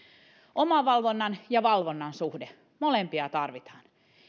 omavalvonnan ja valvonnan suhde molempia tarvitaan